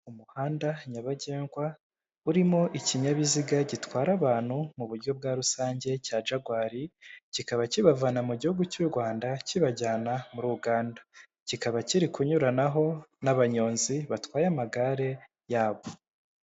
Umuhanda nyabagendwa urimo ikinyabiziga gitwara abantu mu buryo bwa rusange cya Jagwari, kikaba kibavana mu gihugu cy'u Rwanda, kibajyana muri Uganda. Kikaba kiri kunyuranaho n'abanyonzi batwaye amagare yabo.